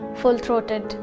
full-throated